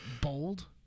bold